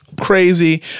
crazy